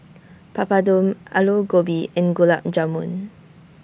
Papadum Alu Gobi and Gulab Jamun